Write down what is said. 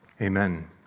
Amen